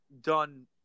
done